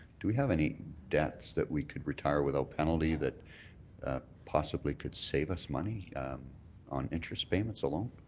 do we have any debts that we could retire without penalty that possibly could save us money on interest payments alone?